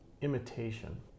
imitation